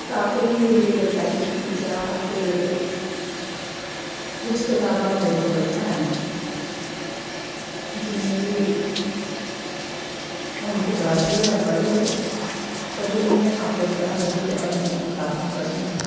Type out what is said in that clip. कताबें गी लेईयै अगर गल्ल कीती जा ते कुश कताबां मेरे कोल हैन जियां कि हून ते बड़ा चिर होया पढ़े दे पर जदूं में अप्पूं पढ़ा दी ही ते अदूं में कताबां पढ़ियां हां